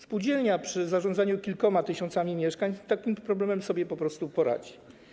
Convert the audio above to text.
Spółdzielnia przy zarządzaniu kilkoma tysiącami mieszkań z takim problemem sobie po prostu poradzi.